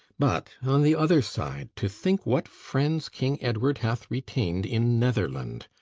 but, on the other side, to think what friends king edward hath retained in netherland,